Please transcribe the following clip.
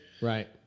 Right